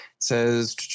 Says